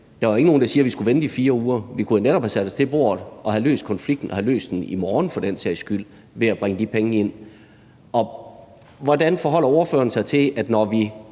er ikke nogen, der siger, at vi skulle have ventet i 4 uger. Vi kunne jo netop have sat os til bordet og have løst konflikten – have løst den i morgen for den sags skyld – ved at bringe de penge ind. Og hvordan forholder ordføreren sig til, at når vi